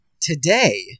Today